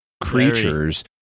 creatures